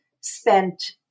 spent